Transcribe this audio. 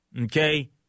okay